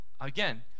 again